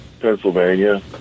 Pennsylvania